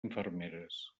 infermeres